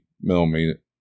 millimeter